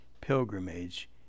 pilgrimage